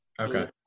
Okay